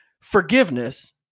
forgiveness